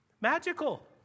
Magical